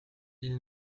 ils